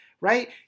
Right